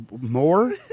more